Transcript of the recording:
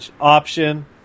option